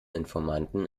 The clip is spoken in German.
informanten